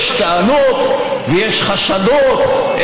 יש טענות ויש חשדות,